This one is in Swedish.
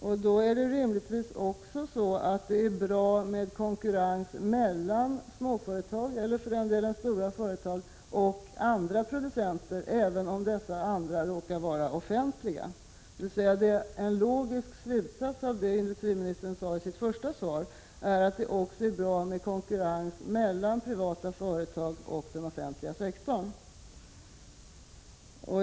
Men då är det rimligtvis också bra med konkurrens mellan småföretag, eller för den delen också stora företag, och andra producenter, även om dessa andra råkar vara offentliga. En logisk slutsats av det industriministern sade i sitt första svar är alltså att det också är bra med konkurrens mellan privata företag och den offentliga sektorn.